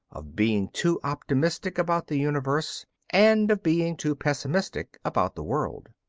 of being too optimistic about the universe and of being too pessimistic about the world.